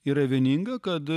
yra vieninga kad